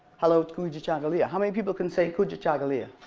hello, kujichagulia. how many people can say kujichagulia?